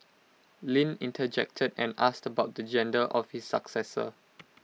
Lin interjected and asked about the gender of his successor